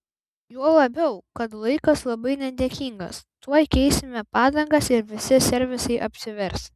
juo labiau kad laikas labai nedėkingas tuoj keisime padangas ir visi servisai apsivers